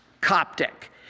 Coptic